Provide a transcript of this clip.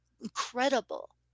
incredible